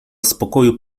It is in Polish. spokoju